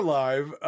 live